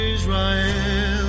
Israel